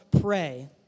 pray